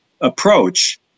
approach